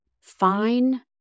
fine